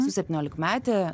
su septyniolikmete